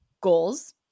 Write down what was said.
goals